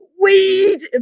weed